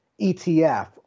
ETF